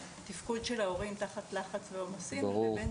תפקוד של ההורים תחת לחץ ועומסים לבין